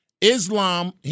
Islam